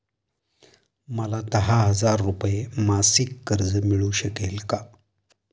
मला दहा हजार रुपये मासिक कर्ज मिळू शकेल का?